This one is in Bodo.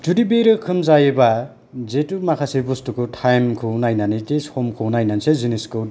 जुदि बे रोखोम जायोबा जितु माखासे बुस्तुखौ टाइम खौ नायनानै दि समखौ नायनानैसो जिनिस